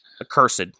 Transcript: Accursed